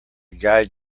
guide